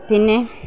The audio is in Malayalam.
പിന്നെ